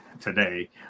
today